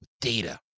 data